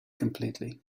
completely